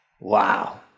Wow